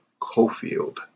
Cofield